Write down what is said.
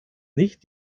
nicht